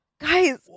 guys